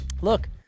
Look